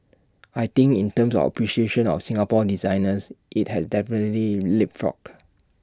I think in terms of appreciation of Singapore designers IT has definitely leapfrogged